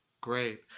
Great